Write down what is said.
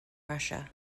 russia